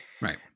Right